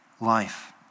life